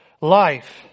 life